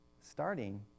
Starting